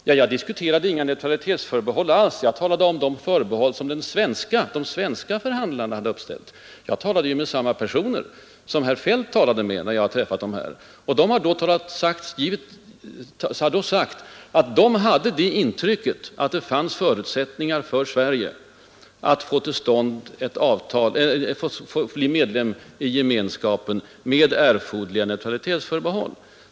Ja, jag diskuterade inte alls neutralitetsförbehållen, utan bara de förbehåll som de svenska förhandlarna hade uppställt. Jag talade ju med samma personer som herr Feldt hade överlagt med. De gjorde gällande att de hade det intrycket att det fanns förutsättningar för Sverige att bli medlem i gemenskapen med erforderliga neutralitetsförbehåll.